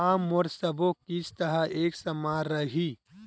का मोर सबो किस्त ह एक समान रहि?